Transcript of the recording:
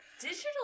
Digital